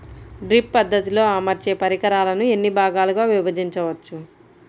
Drip పద్ధతిలో అమర్చే పరికరాలను ఎన్ని భాగాలుగా విభజించవచ్చు?